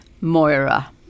Moira